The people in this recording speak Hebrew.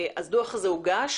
הדוח הזה הוגש,